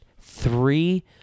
three